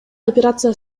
операция